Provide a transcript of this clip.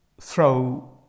throw